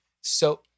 So-